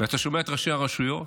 אתה שומע את ראשי הרשויות